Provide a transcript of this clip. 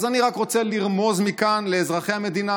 אז אני רק רוצה לרמוז מכאן לאזרחי המדינה